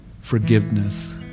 forgiveness